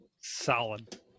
Solid